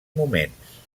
moments